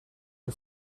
muy